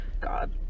God